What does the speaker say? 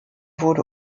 wurde